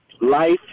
Life